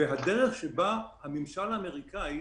ולדרך שבה הממשל האמריקאי